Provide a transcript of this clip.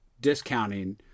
discounting